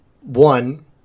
One